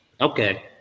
Okay